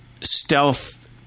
stealth